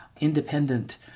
independent